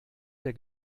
der